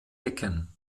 decken